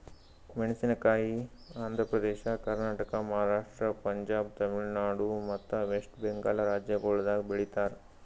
ಮೇಣಸಿನಕಾಯಿ ಆಂಧ್ರ ಪ್ರದೇಶ, ಕರ್ನಾಟಕ, ಮಹಾರಾಷ್ಟ್ರ, ಪಂಜಾಬ್, ತಮಿಳುನಾಡು ಮತ್ತ ವೆಸ್ಟ್ ಬೆಂಗಾಲ್ ರಾಜ್ಯಗೊಳ್ದಾಗ್ ಬೆಳಿತಾರ್